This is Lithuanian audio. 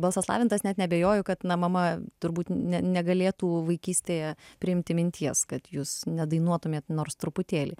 balsas lavintas net neabejoju kad na mama turbūt ne negalėtų vaikystėje priimti minties kad jūs nedainuotumėt nors truputėlį